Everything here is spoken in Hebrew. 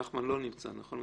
נחמן לא נמצא, נכון?